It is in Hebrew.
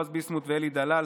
בועז ביסמוט ואלי דלל,